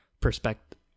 perspective